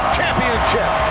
championship